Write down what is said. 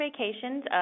Vacations